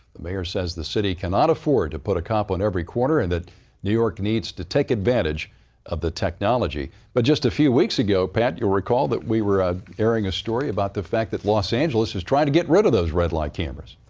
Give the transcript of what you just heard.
the mayor says the city cannot afford to put a copy on every corner and that new york needs to take advantage of the technology. but just a few weeks ago, pat, you'll recall that we were airing a story about the fact that los angeles is trying to get rid of those red light cameras.